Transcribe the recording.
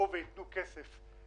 תן לו להתארגן לזה.